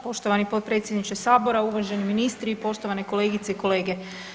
Poštovani potpredsjedniče Sabora, uvaženi ministri, poštovane kolegice i kolege.